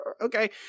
okay